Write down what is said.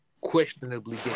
Questionably